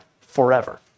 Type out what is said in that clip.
forever